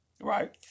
Right